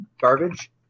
garbage